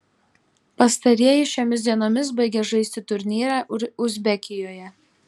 pastarieji šiomis dienomis baigia žaisti turnyre uzbekijoje